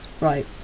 Right